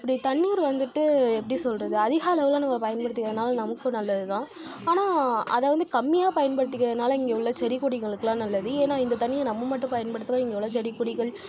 இப்படி தண்ணீர் வந்துட்டு எப்படி சொல்வது அதிக அளவில் நம்ம பயன்படுத்திகிறதுனால நமக்கும் நல்லது தான் ஆனால் அதை வந்து கம்மியாக பயன்படுத்திக்கிறதுனால் இங்கே உள்ள செடி கொடிகளுக்கெலாம் நல்லது ஏன்னா இந்த தண்ணீயை நம்ம மட்டும் பயன்படுத்தினா இங்கே உள்ள செடி கொடிகள்